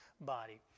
body